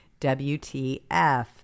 WTF